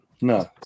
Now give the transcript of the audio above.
No